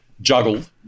juggled